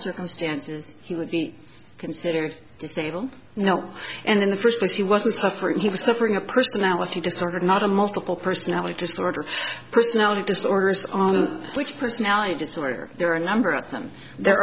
circumstances he would be considered disabled now and in the first place he wasn't suffering he was suffering a personality disorder not a multiple personality disorder personality disorders which personality disorder there are a number of them there